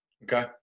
Okay